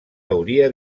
hauria